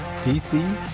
DC